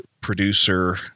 producer